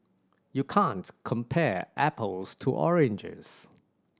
you can't compare apples to oranges